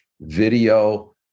video